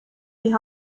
die